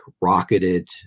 rocketed